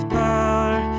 power